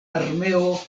armeo